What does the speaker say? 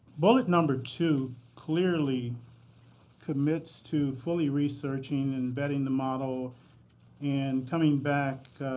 bullet number two clearly commits to fully researching and vetting the model and coming back,